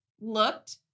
looked